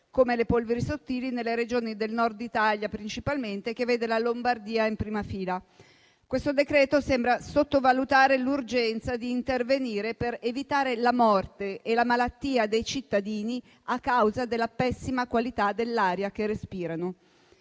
come le polveri sottili, nelle Regioni del Nord Italia principalmente, che vede la Lombardia in prima fila. Questo decreto-legge sembra sottovalutare l'urgenza di intervenire per evitare la morte e la malattia dei cittadini a causa della pessima qualità dell'aria che respirano.